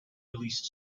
released